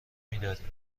میداریم